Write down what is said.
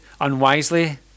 unwisely